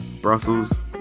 Brussels